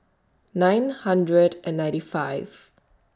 nine hundred and ninety five